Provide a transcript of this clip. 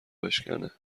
بشکنه